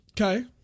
Okay